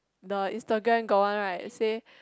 the Instagram got one right say